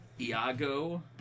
Iago